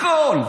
הכול.